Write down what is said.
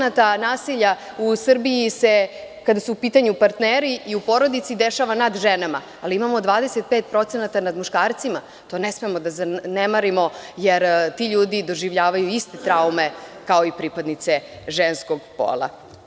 Dakle, 75% nasilja u Srbiji se, kada su u pitanju partneri i u porodici, dešava nad ženama, ali imamo 25% nasilja nad muškarcima i to ne smemo da zanemarimo, jer ti ljudi doživljavaju iste traume kao i pripadnice ženskog pola.